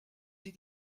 sie